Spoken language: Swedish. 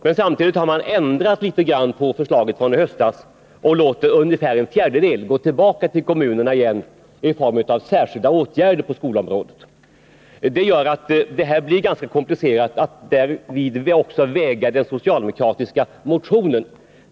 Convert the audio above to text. Men samtidigt har man ändrat litet grand på förslaget från i höstas och låter ungefär en fjärdedel gå tillbaka till kommunerna igen i form av särskilda åtgärder på skolområdet. Det gör att det blir ganska komplicerat att därvid också väga in den socialdemokratiska motionen.